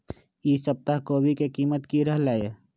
ई सप्ताह कोवी के कीमत की रहलै?